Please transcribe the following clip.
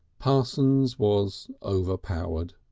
parsons was overpowered.